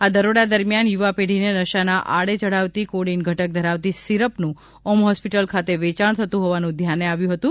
આ દરોડા દરમિયાન યુવા પેઢીને નશાના આડે ચડાવતી કોડીન ઘટક ધરાવતી સીરપનું ઓમ હોસ્પિટલ ખાતે વેચાણ થતું હોવાનું ધ્યાને આવ્યું હતું